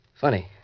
Funny